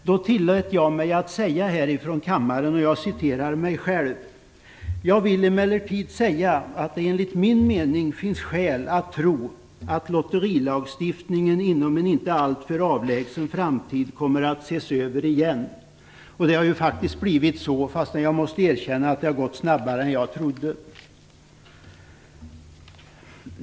Då tillät jag mig säga här i kammaren: "Jag vill emellertid säga att det enligt min mening finns skäl att tro att lotterilagstiftningen inom en inte alltför avlägsen framtid kommer att ses över igen." Det har faktiskt blivit så, fastän jag måste erkänna att det har gått snabbare än vad jag trodde.